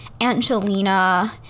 angelina